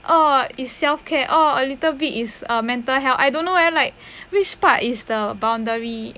oh is self care oh a little bit is mental health I don't know eh like which part is the boundary